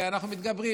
ואנחנו מתגברים.